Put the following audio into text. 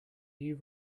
you